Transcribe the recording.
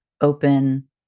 open